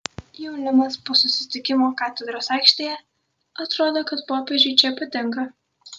jaunimas po susitikimo katedros aikštėje atrodo kad popiežiui čia patinka